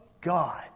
God